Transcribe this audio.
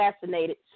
fascinated